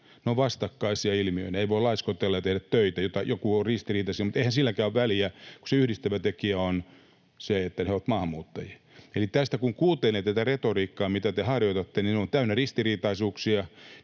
Ne ovat vastakkaisia ilmiöitä, ei voi laiskotella ja tehdä töitä, joku on ristiriita siinä, mutta eihän silläkään ole väliä, kun se yhdistävä tekijä on se, että he ovat maahanmuuttajia. Eli tässä kun kuuntelee tätä retoriikkaa, mitä te harjoitatte, niin ne ovat täynnä ristiriitaisuuksia,